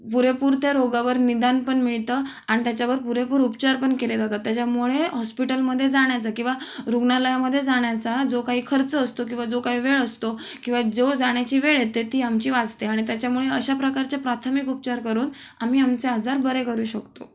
पुरेपूर त्या रोगावर निदान पण मिळतं आणि त्याच्यावर पुरेपूर उपचार पण केले जातात त्याच्यामुळे हॉस्पिटलमध्ये जाण्याचं किंवा रुग्णालयामध्ये जाण्याचा जो काही खर्च असतो किंवा जो काही वेळ असतो किंवा जो जाण्याची वेळ येते ती आमची वाचते आणि त्याच्यामुळे अशाप्रकारचे प्राथमिक उपचार करून आम्ही आमचे आजार बरे करू शकतो